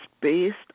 based